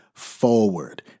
forward